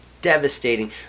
devastating